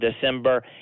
December